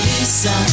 Lisa